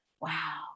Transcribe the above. wow